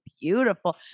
beautiful